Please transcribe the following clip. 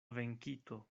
venkito